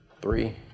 Three